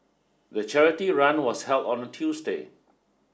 the charity run was held on a Tuesday